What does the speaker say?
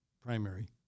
primary